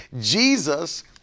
Jesus